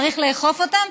צריך לאכוף אותם,